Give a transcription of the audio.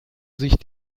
sich